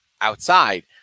outside